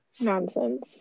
Nonsense